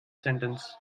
sentence